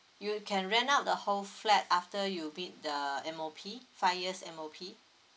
you can rent out the whole flat after you meet the M_O_P five years M_O_P